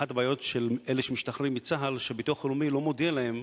אחת הבעיות של אלה שמשתחררים מצה"ל היא שהביטוח הלאומי לא מודיע להם